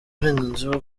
uburenganzira